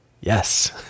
Yes